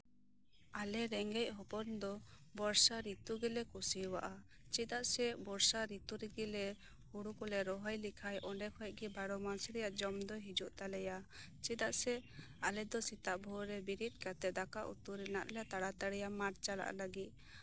ᱟᱞᱮ ᱨᱮᱸᱜᱮᱡ ᱦᱚᱯᱚᱱ ᱫᱚ ᱵᱚᱨᱥᱟ ᱨᱤᱛᱩ ᱜᱮᱞᱮ ᱠᱩᱥᱤᱭᱟᱜᱼᱟ ᱪᱮᱫᱟᱜ ᱥᱮ ᱵᱚᱨᱥᱟ ᱨᱤᱛᱩ ᱨᱮᱜᱮᱞᱮ ᱦᱳᱲᱳ ᱠᱚᱞᱮ ᱨᱚᱦᱚᱭ ᱞᱮᱠᱷᱟᱱ ᱚᱸᱰᱮ ᱠᱷᱚᱱᱜᱮ ᱵᱟᱨᱳᱢᱟᱥ ᱨᱮᱭᱟᱜ ᱡᱚᱢ ᱫᱚ ᱦᱤᱡᱩᱜ ᱛᱟᱞᱮᱭᱟ ᱪᱮᱫᱟᱜ ᱥᱮ ᱥᱮᱛᱟᱜ ᱵᱷᱳᱨᱨᱮ ᱵᱮᱨᱮᱫ ᱠᱟᱛᱮᱫ ᱫᱟᱠᱟ ᱩᱛᱩ ᱨᱮᱱᱟᱜ ᱞᱮ ᱛᱟᱲᱟᱛᱟᱲᱤᱭᱟ ᱢᱟᱴᱷ ᱪᱟᱞᱟᱜ ᱞᱟᱹᱜᱤᱫ